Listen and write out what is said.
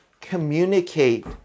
communicate